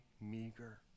meager